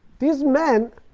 these men